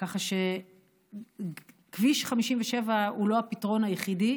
ככה שכביש 57 הוא לא הפתרון היחיד,